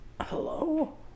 hello